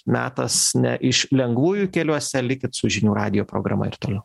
metas ne iš lengvųjų keliuose likit su žinių radijo programa ir toliau